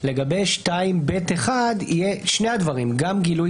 לגבי 2ב(1) יהיה שני הדברים גם גילוי